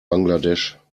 bangladesch